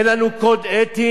אין לנו קוד אתי?